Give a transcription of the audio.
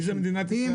אבל מי זה מדינת ישראל?